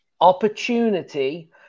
opportunity